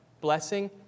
blessing